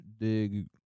dig